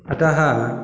अतः